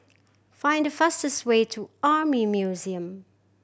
find the fastest way to Army Museum